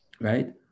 right